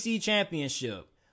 Championship